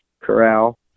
corral